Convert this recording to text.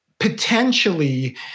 potentially